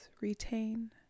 Retain